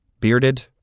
bearded